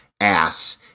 ass